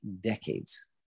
decades